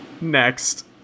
Next